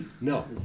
No